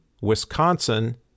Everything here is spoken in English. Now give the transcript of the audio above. Wisconsin